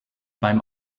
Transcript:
beim